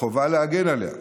שחובה להגן עליה,